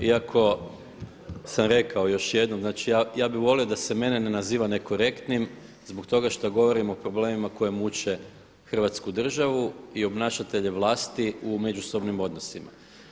Iako sam rekao još jednom, znači ja bih volio da se mene ne naziva nekorektnim zbog toga što govorim o problemima koji muče Hrvatsku državu i obnašatelje vlasti u međusobnim odnosima.